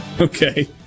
okay